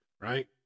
right